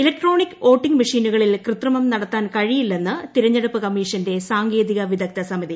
electronic voting മെഷീനുകളിൽ കൃത്രിമം നടത്താൻ കഴിയില്ലെന്ന് തിരഞ്ഞെടുപ്പ് കമ്മീഷന്റെ സാങ്കേതിക വിദഗ്ദ്ധ സമിതി